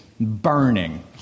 burning